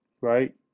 right